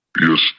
Yes